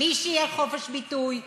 בלי שיהיה חופש ביטוי,